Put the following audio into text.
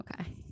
Okay